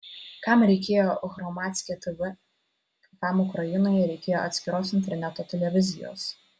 kam reikėjo hromadske tv kam ukrainoje reikėjo atskiros interneto televizijos